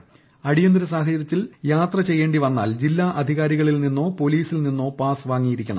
് അടിയന്തര സാഹചര്യത്തിൽ യാത്ര ചെ യ്യേണ്ടി വന്നാൽ ജില്ലാ അധികാരികളിൽ നിന്നോ പോലീസിൽ നി ന്ന് പാസ് വാങ്ങണം